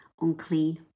unclean